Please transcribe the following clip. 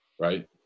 right